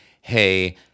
hey